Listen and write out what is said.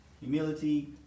Humility